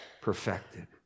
perfected